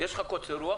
יש לך קוצר רוח?